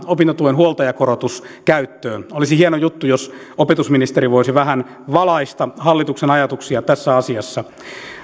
opintotuen huoltajakorotus perheellisille opiskelijoille olisi hieno juttu jos opetusministeri voisi vähän valaista hallituksen ajatuksia tässä asiassa